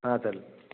हां चालेल